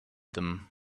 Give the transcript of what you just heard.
them